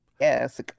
Yes